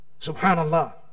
Subhanallah